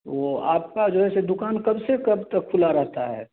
वो आपका जो ऐसे दुकान कब से कब तक खुला रहता है